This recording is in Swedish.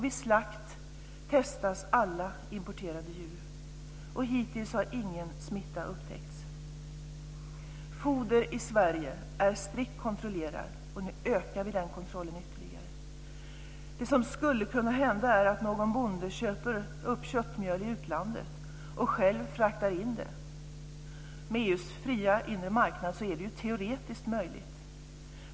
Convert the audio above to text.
Vid slakt testas alla importerade djur, och hittills har ingen smitta upptäckts. Foder i Sverige är strikt kontrollerat, och nu ökar vi den kontrollen ytterligare. Det som skulle kunna hända är att någon bonde köper upp köttmjöl i utlandet och själv fraktar hit det. Med EU:s fria inre marknad är det ju teoretiskt möjligt.